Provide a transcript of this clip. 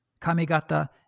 Kamigata